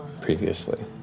previously